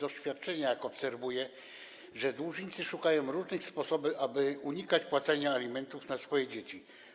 Doświadczenie jest takie, jak obserwuję, że dłużnicy szukają różnych sposobów, aby unikać płacenia alimentów na swoje dzieci.